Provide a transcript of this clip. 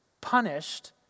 punished